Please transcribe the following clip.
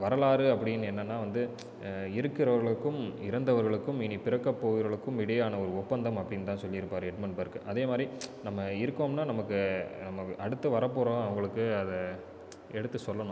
வரலாறு அப்படின்னு என்னென்னா வந்து இருக்கிறவர்களுக்கும் இறந்தவர்களுக்கும் இனி பிறக்கப் போகிறர்களுக்கும் இடையேயான ஒரு ஒப்பந்தம் அப்படின்னு தான் சொல்லி இருப்பாரு ஹெட்மேன் பாக்கர் அதே மாதிரி நம்ம இருக்கோம்னா நமக்கு அடுத்து வரப்போகிறவங்களுக்கு அதை எடுத்து சொல்லணும்